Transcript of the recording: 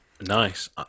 Nice